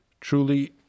truly